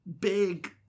big